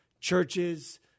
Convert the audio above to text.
churches